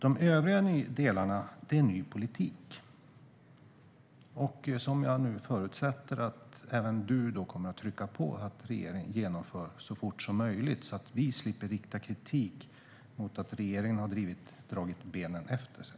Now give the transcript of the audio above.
De övriga delarna är ny politik, som jag nu förutsätter att även Annika Hirvonen Falk kommer att trycka på för att regeringen ska genomföra så fort som möjligt så att vi slipper rikta kritik mot att regeringen har dragit benen efter sig.